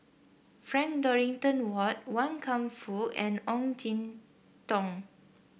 Frank Dorrington Ward Wan Kam Fook and Ong Jin Teong